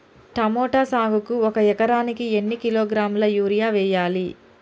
Tomato సాగుకు ఒక ఎకరానికి ఎన్ని కిలోగ్రాముల యూరియా వెయ్యాలి?